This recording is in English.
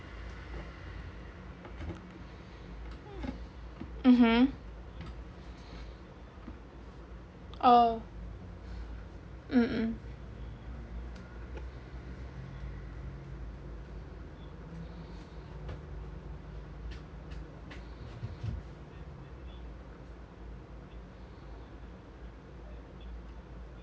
mmhmm oh mm mm mm